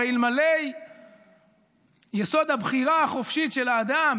הרי אלמלא יסוד הבחירה החופשית של האדם,